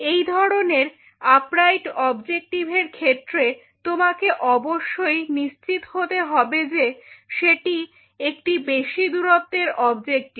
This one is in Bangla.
এই ধরনের আপরাইট অবজেক্টিভ এর ক্ষেত্রে তোমাকে অবশ্যই নিশ্চিত হতে হবে যে সেটি একটি বেশি দূরত্বের অবজেক্টিভ